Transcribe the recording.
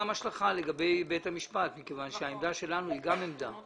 השלכה לגבי בית המשפט מכיוון שהמעדה שלנו היא גם עמדה